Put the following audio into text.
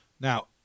Now